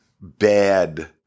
bad